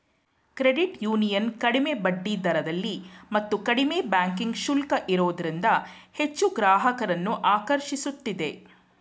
credit union ಕಡಿಮೆ ಬಡ್ಡಿದರದಲ್ಲಿ ಮತ್ತು ಕಡಿಮೆ ಬ್ಯಾಂಕಿಂಗ್ ಶುಲ್ಕ ಇರೋದ್ರಿಂದ ಹೆಚ್ಚು ಗ್ರಾಹಕರನ್ನು ಆಕರ್ಷಿಸುತ್ತಿದೆ